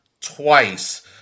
twice